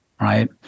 Right